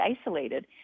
isolated